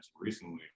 recently